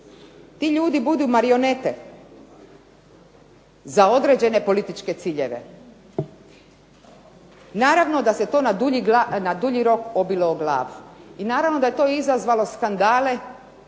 ti ljudi budu marionete za određene političke ciljeve. Naravno da se to na dulji rok odbilo od glavu i naravno da je to izazvalo skandale